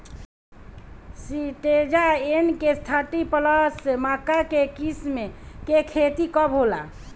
Syngenta NK thirty plus मक्का के किस्म के खेती कब होला?